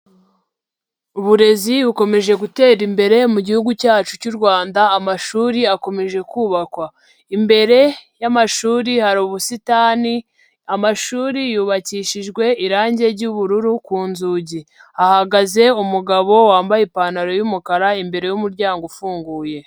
Uburezi bukomeje gutera imbere mu gihugu cyacu cy'u Rwanda, amashuri akomeje kubakwa, imbere y'amashuri hari ubusitani, amashuri yubakishijwe irangi ry'ubururu ku nzugi, hahagaze umugabo wambaye ipantaro y'umukara imbere y'umuryango ufunguye.